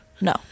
No